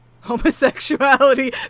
homosexuality